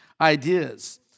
ideas